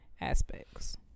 aspects